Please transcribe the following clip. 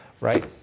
right